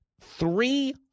Three